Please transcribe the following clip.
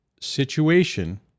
situation